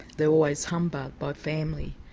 they're always humbugged by family.